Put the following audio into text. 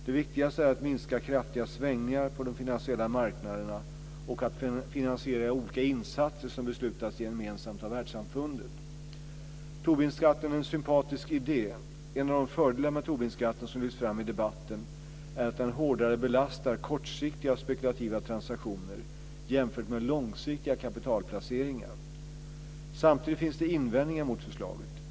De viktigaste är att minska kraftiga svängningar på de finansiella marknaderna och att finansiera olika insatser som beslutas gemensamt av världssamfundet. Tobinskatten är en sympatisk idé. En av de fördelar med Tobinskatten som lyfts fram i debatten är att den hårdare belastar kortsiktiga och spekulativa transaktioner jämfört med långsiktiga kapitalplaceringar. Samtidigt finns det invändningar mot förslaget.